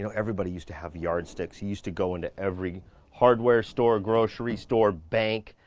you know everybody used to have yard sticks. he used to go into every hardware store, grocery store, bank.